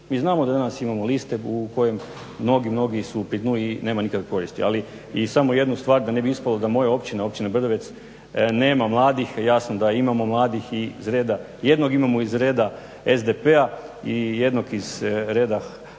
Mi znamo da danas imamo liste u kojim mnogi, mnogi su pri dnu i nema nikakve koristi. Ali i samo jednu stvar da ne bi ispalo da moja općina, općina Brdovec nema mladih. Jasno da imamo mladih. Jednog imamo iz reda SDP-a i jednog iz reda HDZ-a